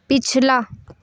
पिछला